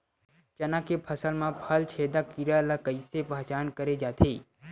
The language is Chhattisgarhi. चना के फसल म फल छेदक कीरा ल कइसे पहचान करे जाथे?